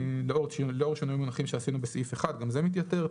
לאור שינוי המונחים שעשינו בסעיף 1 גם זה מתייתר.